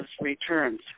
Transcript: returns